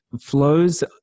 flows